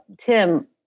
Tim